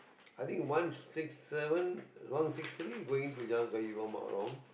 I think one six seven one six three going to Jalan-Kayu I'm not wrong